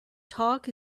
talk